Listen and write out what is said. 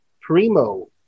Primo